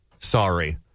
Sorry